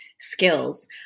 skills